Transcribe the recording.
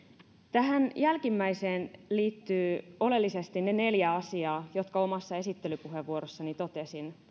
tähän jälkimmäiseen liittyvät oleellisesti ne neljä asiaa jotka omassa esittelypuheenvuorossani totesin